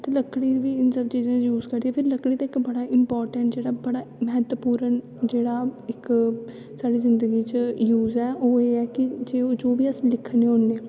ते लक्कड़ी गी इन सब चीजें च यूज करदे नै ते फिर लकड़ी ते इक बड़ा इंपार्टैंट जेह्ड़ा बड़ा म्हत्तवपूर्ण जेह्ड़ा इक साढ़ी जिन्दगी च यूज ऐ ओह् एह् ऐ कि जे ओह् जो बी अस लिखने होन्ने आं